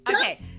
Okay